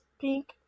pink